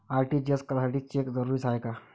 RTGS करासाठी cheque जरुरीचा हाय काय?